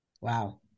Wow